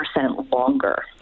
longer